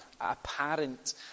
Apparent